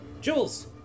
Jules